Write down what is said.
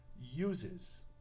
uses